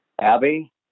Abby